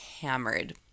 Hammered